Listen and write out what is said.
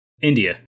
India